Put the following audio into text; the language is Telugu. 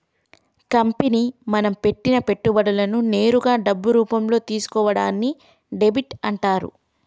కంపెనీ మనం పెట్టిన పెట్టుబడులను నేరుగా డబ్బు రూపంలో తీసుకోవడాన్ని డెబ్ట్ అంటరు